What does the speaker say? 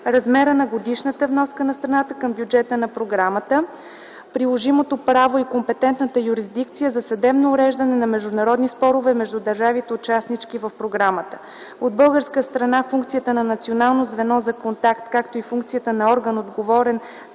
размера на годишната вноска на страната към бюджета на програмата; - приложимото право и компетентната юрисдикция за съдебно уреждане на международни спорове между държавите-участнички в програмата. От българска страна функцията на Национално звено за контакт, както и функцията на орган, отговорен